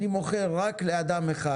אני מוכרת רק לאדם אחד